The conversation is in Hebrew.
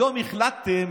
היום החלטתם,